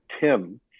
Tim